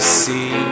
see